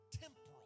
temporal